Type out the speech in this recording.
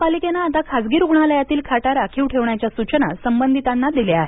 महापालिकेनंआता खासगी रुग्णालयातील खाटा राखीव ठेवण्याच्या सूचना संबंधितांना देण्यात आल्या आहेत